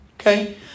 Okay